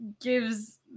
gives